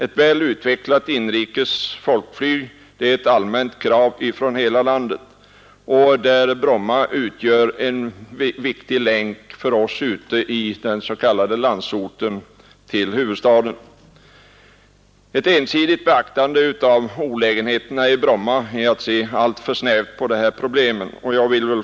Ett väl utvecklat inrikesoch folkflyg är ett allmänt krav från hela landet, och Bromma flygplats utgör en viktig länk för oss ute i den s.k. landsorten till huvudstaden. Ett ensidigt beaktande av olägenheterna i Bromma är att se alltför snävt på det här problemet.